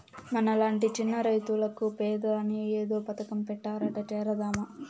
మనలాంటి చిన్న రైతులకు పెదాని ఏదో పథకం పెట్టారట చేరదామా